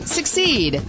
Succeed